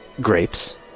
grapes